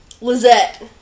Lizette